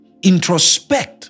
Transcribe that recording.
introspect